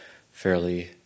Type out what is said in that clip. fairly